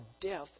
death